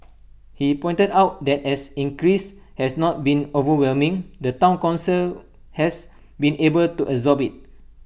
he pointed out that as increase has not been overwhelming the Town Council has been able to absorb IT